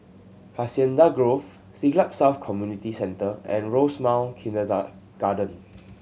Hacienda Grove Siglap South Community Centre and Rosemount garden